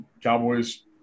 Cowboys